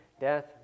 death